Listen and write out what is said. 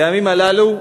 בימים הללו,